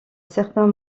certains